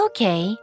Okay